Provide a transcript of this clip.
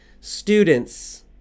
students